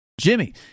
Jimmy